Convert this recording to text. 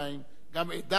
גם עדה ארמנית בירושלים,